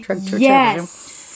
Yes